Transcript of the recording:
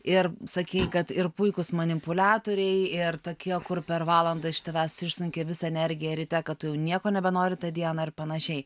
ir sakei kad ir puikūs manipuliatoriai ir tokie kur per valandą iš tavęs išsunkia visą energiją ryte kad tu jau nieko nebenori tą dieną ir panašiai